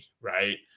right